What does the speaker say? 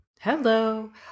Hello